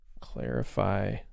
clarify